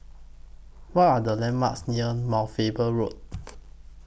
What Are The landmarks near Mount Faber Road